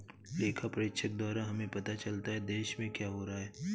लेखा परीक्षक द्वारा हमें पता चलता हैं, देश में क्या हो रहा हैं?